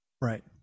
Right